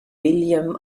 william